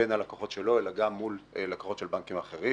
בין הלקוחות שלו אלא גם מול לקוחות של בנקים אחרים